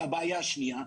הבעיה השנייה,